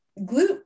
glute